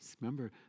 Remember